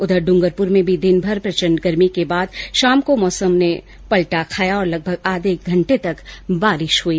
उधर ड्रंगरपुर में दिनभर प्रचण्ड गर्मी के बाद शाम को मौसम में परिवर्तन आया और लगभग आधे घंटे तक बारिश हई